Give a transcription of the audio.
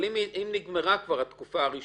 אבל נניח כבר נגמרה התקופה הראשונה?